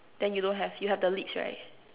then you don't have you have the lips right